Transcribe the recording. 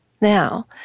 Now